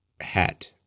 hat